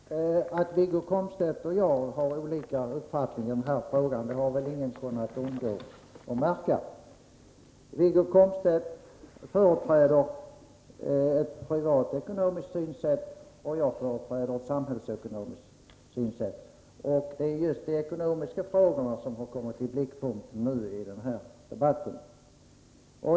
Herr talman! Att Wiggo Komstedt och jag har olika uppfattningar i denna fråga har väl ingen kunnat undgå att märka. Wiggo Komstedt företräder ett privatekonomiskt synsätt, och jag företräder ett samhällsekonomiskt synsätt. Och det är just de ekonomiska frågorna som har kommit i blickpunkten i den här debatten.